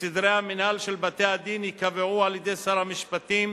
סדרי המינהל של בתי-הדין ייקבעו על-ידי שר המשפטים,